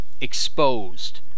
exposed